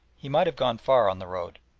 he might have gone far on the road.